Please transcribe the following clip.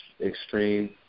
extreme